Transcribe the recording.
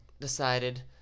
decided